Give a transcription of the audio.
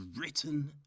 written